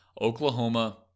Oklahoma